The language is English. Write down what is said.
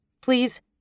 please